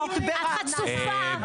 את חצופה,